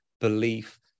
belief